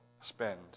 spend